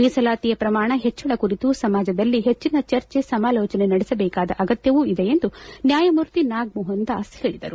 ಮೀಸಲಾತಿ ಪ್ರಮಾಣ ಹೆಚ್ಚಳ ಕುರಿತು ಸಮಾಜದಲ್ಲಿ ಹೆಚ್ಚನ ಚರ್ಚೆ ಸಮಾಲೋಚನೆ ನಡೆಸಬೇಕಾದ ಅಗತ್ಯವೂ ಇದೆ ಎಂದು ನ್ಯಾಯಮೂರ್ತಿ ನಾಗಮೋಹನ್ ದಾಸ್ ಹೇಳಿದರು